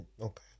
Okay